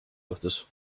juhtus